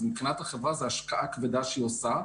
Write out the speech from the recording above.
אז מבחינת החברה זו השקעה כבדה שהיא עושה.